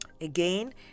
Again